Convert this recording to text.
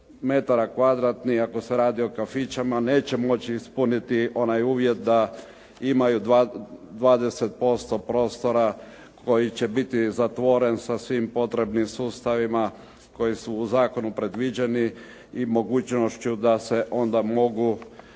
metara kvadratnih ako se radi u kafićima neće moći ispuniti onaj uvjet da imaju 20% prostora koji će biti zatvoren sa svim potrebnim sustavima koji su u zakonu predviđeni i mogućnošću da se onda mogu